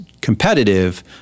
competitive